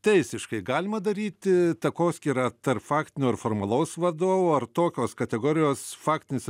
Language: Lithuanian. teisiškai galima daryti takoskyrą tarp faktinio ir formalaus vadovo ar tokios kategorijos faktinis